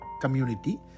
community